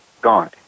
gone